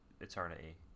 Eternity